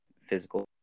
physical